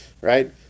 right